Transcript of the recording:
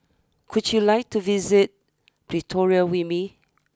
could you like to visit Pretoria with me